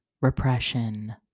repression